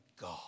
God